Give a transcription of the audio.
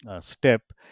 Step